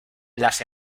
las